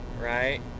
right